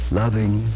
loving